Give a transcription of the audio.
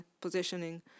positioning